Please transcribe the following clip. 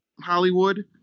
Hollywood